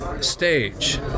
stage